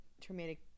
traumatic